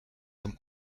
comme